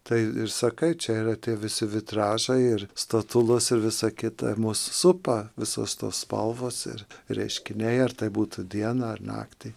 tai ir sakai čia yra tie visi vitražai ir statulos ir visą kitą mus supa visos tos spalvos ir reiškiniai ar tai būtų dieną ar naktį